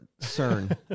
CERN